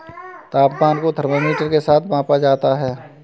तापमान को थर्मामीटर के साथ मापा जाता है